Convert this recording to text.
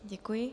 Děkuji.